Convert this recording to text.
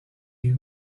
you